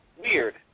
weird